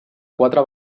quatre